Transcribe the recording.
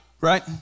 right